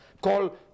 call